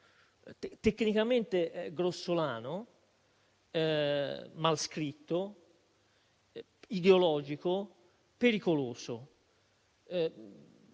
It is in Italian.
tecnicamente grossolano, mal scritto, ideologico, pericoloso.